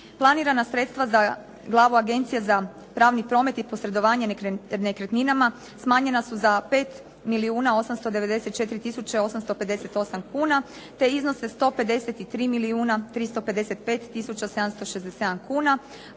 Planirana sredstva za glavu agencije za pravni promet je posredovanje nekretninama smanjenja su za 5 milijuna 894 tisuće 858 kuna